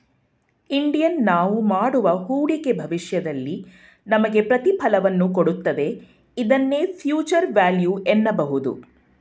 Indian ನಾವು ಮಾಡುವ ಹೂಡಿಕೆ ಭವಿಷ್ಯದಲ್ಲಿ ನಮಗೆ ಪ್ರತಿಫಲವನ್ನು ಕೊಡುತ್ತದೆ ಇದನ್ನೇ ಫ್ಯೂಚರ್ ವ್ಯಾಲ್ಯೂ ಎನ್ನಬಹುದು